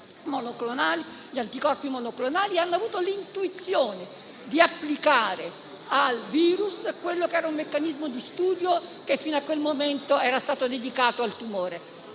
gli anticorpi monoclonali e hanno avuto l'intuizione di applicare al *virus* un meccanismo di studio che fino a quel momento era stato dedicato al tumore.